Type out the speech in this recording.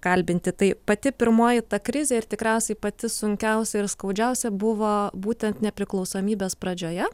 kalbinti tai pati pirmoji ta krizė ir tikriausiai pati sunkiausia ir skaudžiausia buvo būtent nepriklausomybės pradžioje